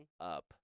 up